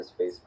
Facebook